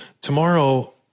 tomorrow